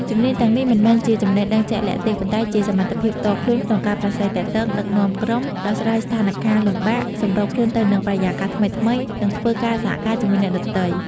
ជំនាញទាំងនេះមិនមែនជាចំណេះដឹងជាក់លាក់ទេ ប៉ុន្តែជា សមត្ថភាពផ្ទាល់ខ្លួនក្នុងការប្រាស្រ័យទាក់ទង ដឹកនាំក្រុម ដោះស្រាយស្ថានការណ៍លំបាក សម្របខ្លួនទៅនឹងបរិយាកាសថ្មីៗ និងធ្វើការសហការជាមួយអ្នកដទៃ ។